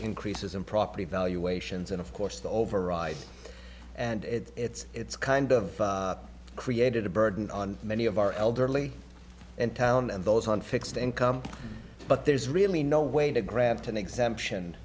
increases in property valuations and of course the override and it's it's it's kind of created a burden on many of our elderly and town and those on fixed income but there's really no way to grant an exemption